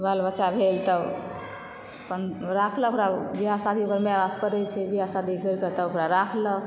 बाल बच्चा भेल तब अपन राखलक ओकरा बियाह शादी ओकर माए बाप करै छै बियाह शादी करिकऽ तब ओकरा राखलक